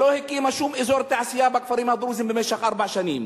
שלא הקימה שום אזור תעשייה בכפרים הדרוזיים במשך ארבע שנים,